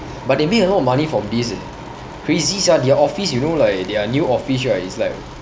but they made a lot money from this eh crazy sia their office you know like their new office right is like